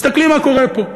תסתכלי מה קורה פה.